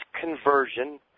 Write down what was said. conversion